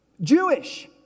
Jewish